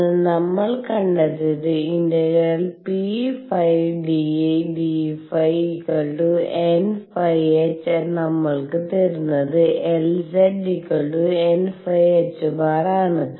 അതിനാൽ നമ്മൾ കണ്ടെത്തിയത് ∫ pϕ dϕnϕ h നമ്മൾക്ക് തരുന്നത് Lznϕ ℏ ആണ്